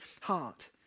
heart